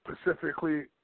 specifically